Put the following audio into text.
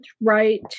right